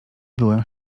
byłem